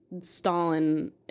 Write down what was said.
Stalin